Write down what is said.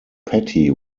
petty